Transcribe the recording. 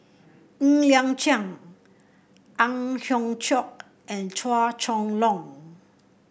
Ng Liang Chiang Ang Hiong Chiok and Chua Chong Long